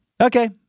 Okay